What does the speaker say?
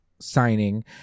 signing